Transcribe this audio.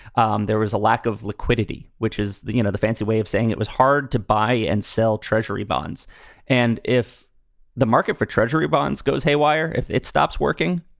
um there was a lack of liquidity, which is the you know, the fancy way of saying it was hard to buy and sell treasury bonds and if the market for treasury bonds goes haywire, if it stops working,